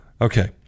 Okay